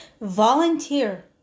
Volunteer